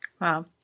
Wow